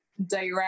direct